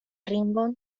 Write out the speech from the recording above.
ringon